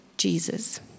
Jesus